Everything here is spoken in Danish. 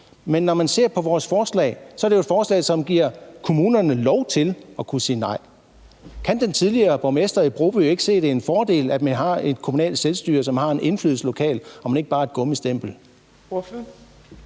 Men når man ser på vores forslag, er det jo et forslag, som giver kommunerne lov til at kunne sige nej. Kan den tidligere borgmester i Broby ikke se, at det er en fordel, at vi har et kommunalt selvstyre, som har en indflydelse lokalt, og man ikke bare er et gummistempel?